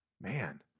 Man